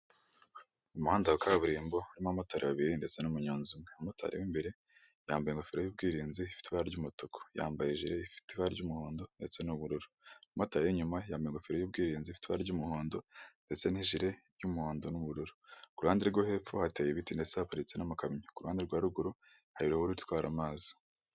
Umuhanda wa kaburimbo harimo abamotari babiri ndetse n'umunyonzi umwe; umumotari w'imbere yambaye ingofero y'ubwirinzi ifite ibara ry'umutuku, yambaye hejuru ifite ibara ry'umuhondo ndetse n'ubururu, umumotari w'inyuma yambaye ingofero y'ubwirinzi ifite ibara ry'umuhondo ndetse n'ijere y'umuhondo n'ubururu. Ku ruhande rwo hepfo hateye ibiti ndetse haparitse amakamyo. Ku ruhande rwa ruguru hari ruhurura itwara amazi.